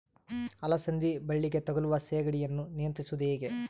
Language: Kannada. ಅಲಸಂದಿ ಬಳ್ಳಿಗೆ ತಗುಲುವ ಸೇಗಡಿ ಯನ್ನು ನಿಯಂತ್ರಿಸುವುದು ಹೇಗೆ?